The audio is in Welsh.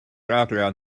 arian